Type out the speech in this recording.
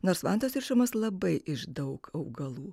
nors vantos rišamos labai iš daug augalų